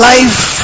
Life